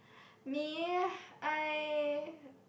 me I